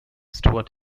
stuart